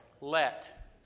Let